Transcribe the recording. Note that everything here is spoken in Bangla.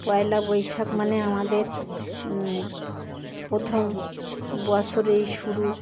পয়লা বৈশাখ মানে আমাদের প্রথম বছর এই শুরু